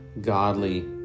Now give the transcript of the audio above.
godly